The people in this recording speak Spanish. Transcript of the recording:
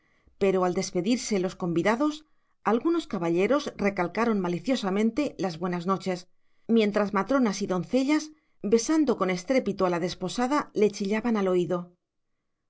pero al despedirse los convidados algunos caballeros recalcaron maliciosamente las buenas noches mientras matronas y doncellas besando con estrépito a la desposada le chillaban al oído